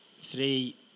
three